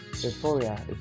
euphoria